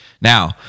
Now